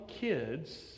kids